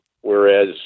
whereas